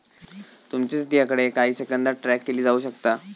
तुमची स्थिती हकडे काही सेकंदात ट्रॅक केली जाऊ शकता